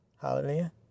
hallelujah